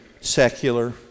secular